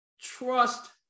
trust